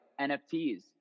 NFTs